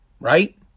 right